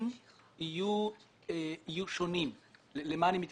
יהיו שונים ואומר למה אני מתכוון.